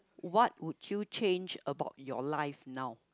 what would you change about your life now